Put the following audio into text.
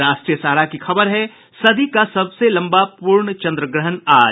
राष्ट्रीय सहारा की खबर है सदी का सबसे लंबा पूर्ण चंद्रग्रहण आज